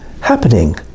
happening